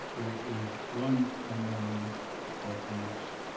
there's there's one unknown ah i'm not